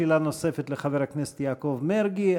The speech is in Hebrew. שאלה נוספת לחבר הכנסת יעקב מרגי.